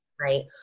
Right